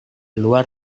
luar